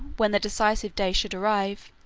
when the decisive day should arrive,